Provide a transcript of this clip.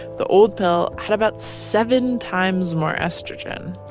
the old pill had about seven times more estrogen.